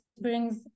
brings